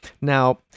Now